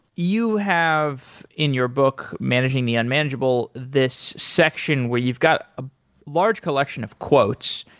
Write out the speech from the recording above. you have in your book managing the unmanageable this section where you've got a large collection of quotes.